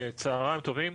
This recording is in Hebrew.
צוהריים טובים,